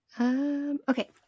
Okay